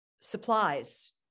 supplies